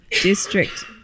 district